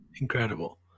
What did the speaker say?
incredible